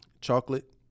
chocolate